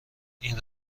این